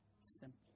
simple